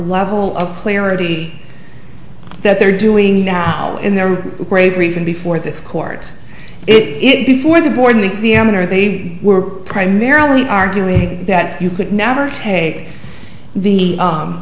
level of clarity that they're doing now in their great reason before this court it before the board an examiner they were primarily arguing that you could never take the